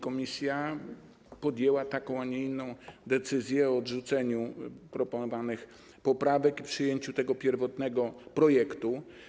Komisja podjęła taką, a nie inną decyzję o odrzuceniu proponowanych poprawek i przyjęciu pierwotnego projektu.